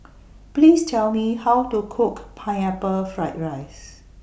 Please Tell Me How to Cook Pineapple Fried Rice